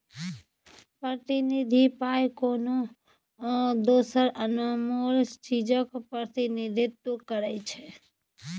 प्रतिनिधि पाइ कोनो दोसर अनमोल चीजक प्रतिनिधित्व करै छै